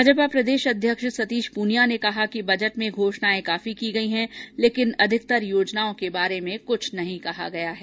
भाजपा प्रदेश अध्यक्ष सतीश पूनिया ने कहा कि बजट में घोषणाएं काफी की गई है लेकिन अधिकतर योजनाओं के बारे में कुछ भी नहीं कहा गया है